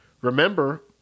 Remember